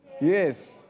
Yes